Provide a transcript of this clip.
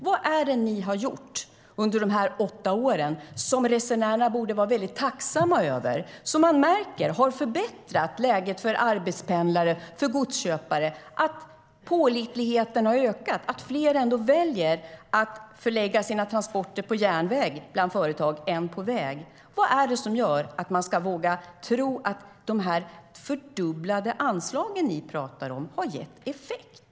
Vad är det ni har gjort under de här åtta åren som resenärerna borde vara tacksamma över och som man märker har förbättrat läget för arbetspendlare och godsköpare? Har pålitligheten ökat, och är det fler bland företagen som väljer att förlägga sina transporter till järnväg än till väg? Vad är det som gör att man ska våga tro att de fördubblade anslag som ni talar om har gett effekt?